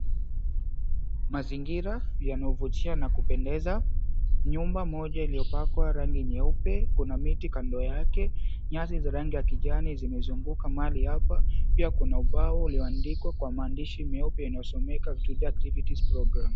Mazingira yanayovutia na kupendeza. Nyumba moja iliyopakwa rangi nyeupe, kuna miti kando yake, nyasi za rangi ya kijani zimezunguka mahali hapa. Pia kuna ubao ulioandikwa kwa maandishi meupe inayosomeka, Today's Activities Program .